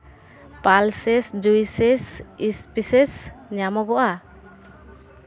pulses juices spices ᱧᱟᱢᱚᱜᱚᱜᱼᱟ